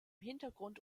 hintergrund